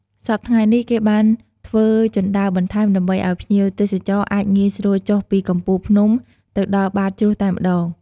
សព្វថ្ងៃនេះគេបានធ្វើជណ្ដើរបន្ថែម ដើម្បីអោយភ្ញៀវទេសចរអាចងាយស្រួលចុះពីកំពូលភ្នំទៅដល់បាតជ្រោះតែម្ដង។